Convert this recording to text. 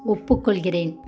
ஒப்புக்கொள்கிறேன்